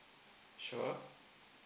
sure